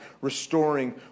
restoring